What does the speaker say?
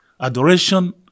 adoration